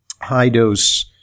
high-dose